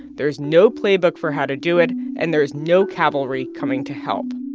there's no playbook for how to do it, and there's no cavalry coming to help.